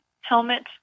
helmet